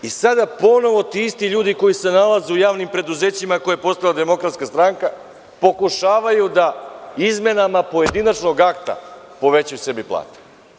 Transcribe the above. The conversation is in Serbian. Sada ponovo ti isti ljudi koji se nalaze u javnim preduzećima koje je postavila DS pokušavaju da izmenama pojedinačnog akta povećaju sebi platu.